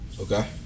Okay